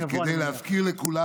אז כדי להזכיר לכולם,